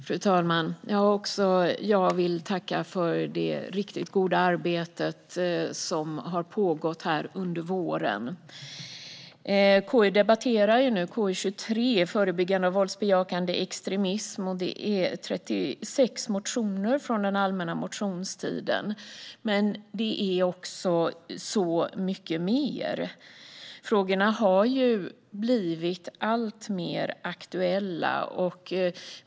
Fru talman! Också jag vill tacka för det riktigt goda arbete som har pågått här under våren. KU debatterar nu KU23 Förebyggande av våldsbejakande extremism med 36 motioner från den allmänna motionstiden men också så mycket mer. De här frågorna har blivit alltmer aktuella.